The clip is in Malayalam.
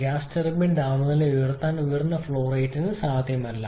ഗ്യാസ് ടർബൈൻ താപനില ഉയർത്താൻ ഉയർന്ന ഫ്ലോ റേറ്റ് സാധ്യമല്ല